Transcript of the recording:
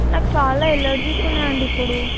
నాకు చాలా ఎలర్జీస్ ఉన్నాయండి ఇప్పుడు